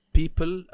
people